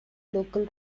local